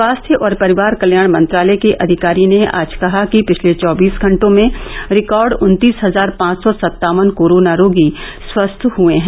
स्वास्थ्य और परिवार कल्याण मंत्रालय के अधिकारी ने आज कहा कि पिछले चौबीस घंटों में रिकार्ड उन्तीस हजार पांच सौ सत्तावन कोरोना रोगी स्वस्थ हुए हैं